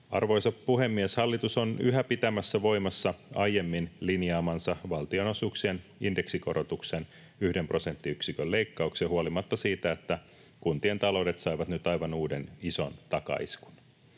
Arvoisa puhemies! Hallitus on yhä pitämässä voimassa aiemmin linjaamansa valtionosuuksien indeksikorotuksen yhden prosenttiyksikön leikkauksen huolimatta siitä, että kuntien taloudet saivat nyt aivan uuden ison takaiskun.